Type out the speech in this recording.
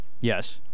Yes